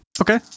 Okay